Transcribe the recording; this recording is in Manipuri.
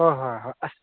ꯍꯣꯏ ꯍꯣꯏ ꯍꯣꯏ ꯑꯁ